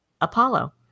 Apollo